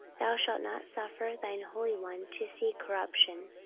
thou shalt not suffer thine holy one to see corruption.